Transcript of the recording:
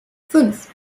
fünf